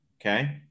Okay